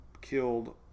killed